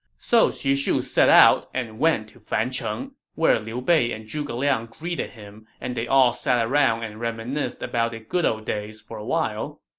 so xu shu set out and went to fancheng, where liu bei and zhuge liang greeted him and they all sat around and reminisced about the good ol' days for a while.